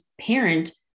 parent